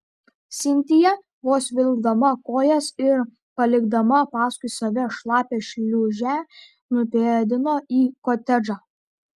sintija vos vilkdama kojas ir palikdama paskui save šlapią šliūžę nupėdino į kotedžą